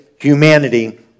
humanity